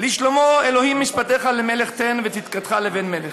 "לשלמה אלהים משפטיך למלך תן וצדקתך לבן מלך.